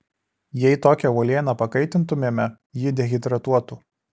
jei tokią uolieną pakaitintumėme ji dehidratuotų